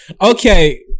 Okay